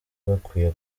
bakwiye